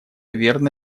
верно